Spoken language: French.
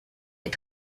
est